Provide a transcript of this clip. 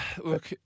look